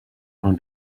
own